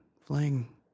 fling